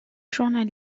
journal